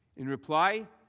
in reply,